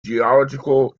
geological